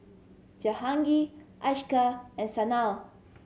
Jahangir Akshay and Sanal